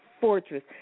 fortress